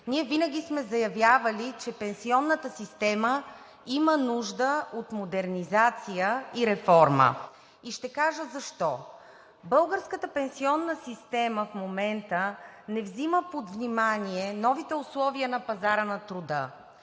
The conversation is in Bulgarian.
Ние винаги сме заявявали, че пенсионната система има нужда от модернизация и реформа и ще кажа защо. Българската пенсионна система в момента не взима под внимание новите условия на пазара на труда,